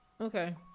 okay